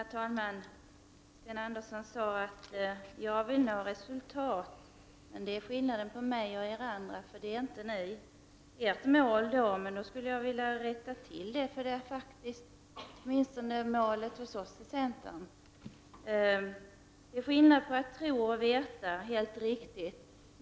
Herr talman! Sten Andersson sade att han ville nå resultat och att skillnaden mellan honom och oss andra är att vi inte har den ambitionen. Jag vill då korrigera detta påstående, för målet för åtminstone oss i centern är faktiskt att nå resultat. Det är skillnad mellan att tro och att veta. Det är helt riktigt.